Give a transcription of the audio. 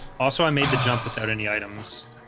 also, i made the jump without any items